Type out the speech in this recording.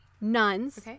nuns